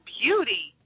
beauty